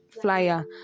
flyer